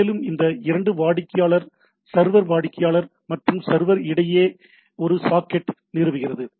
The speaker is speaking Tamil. மேலும் இந்தப் இரண்டு வாடிக்கையாளர் சர்வர் வாடிக்கையாளர் மற்றும் சர்வர் இடையே ஒரு சாக்கெட் நிறுவுகிறது